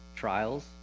trials